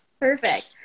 Perfect